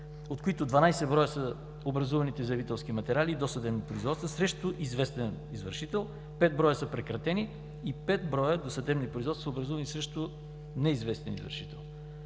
от които 12 броя са образуваните заявителски материали и досъдебни производства срещу известен извършител, 5 броя са прекратени и 5 броя досъдебни производства са образувани срещу неизвестен извършител.